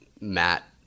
Matt